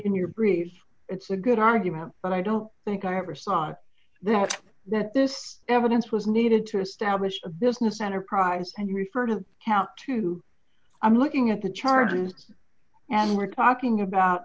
in your brief it's a good argument but i don't think i ever saw that that this evidence was needed to establish a business enterprise and refer to count two i'm looking at the charges and we're talking about